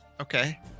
Okay